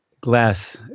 glass